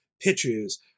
pitches